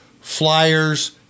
flyers